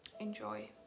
enjoy